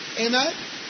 Amen